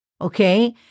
okay